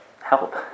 help